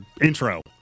intro